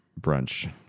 brunch